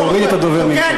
אה, אוקיי.